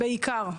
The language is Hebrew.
בעיקר.